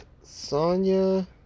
Sonya